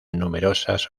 numerosas